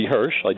Hirsch